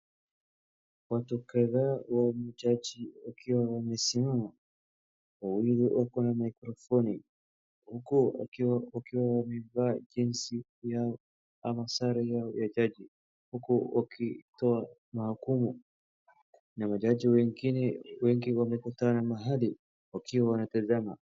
Watu kadhaa au majaji wakiwa wamesimama, wawili wako na mikrofoni huku wakiwa wamevaa jezi yao ama sare yao ya jaji, huku wakitoa mahukumu. na majaji wengine wengi wamepatana mahali wakiwa wanatazama.